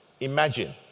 imagine